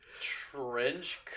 trench